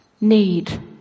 Need